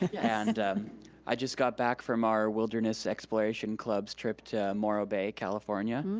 and i just got back from our wilderness exploration club's trip to morrow bay, california,